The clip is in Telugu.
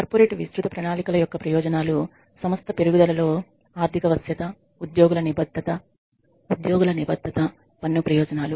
కార్పొరేట్ విస్తృత ప్రణాళికల యొక్క ప్రయోజనాలు సంస్థ పెరుగుదలలో ఆర్థిక వశ్యత ఉద్యోగుల నిబద్ధత పన్ను ప్రయోజనాలు